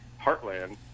heartland